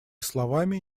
словами